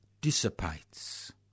dissipates